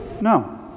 No